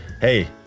hey